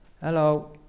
Hello